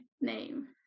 name